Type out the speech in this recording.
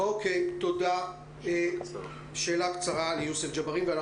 יוסף ג'אברין.